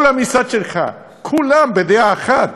כל המשרד שלך, כולם, בדעה אחת,